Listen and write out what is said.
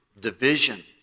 division